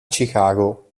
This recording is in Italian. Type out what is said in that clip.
chicago